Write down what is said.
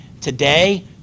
today